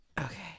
Okay